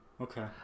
Okay